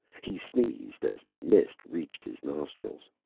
he sneezed as the mist reached his nostrils.